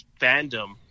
fandom